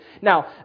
Now